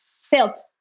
Sales